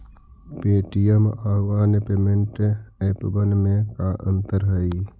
Paytm आउ अन्य payment एपबन में का अंतर हई?